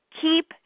keep